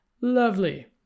lovely